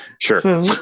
Sure